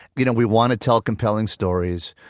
you know, we want to tell compelling stories,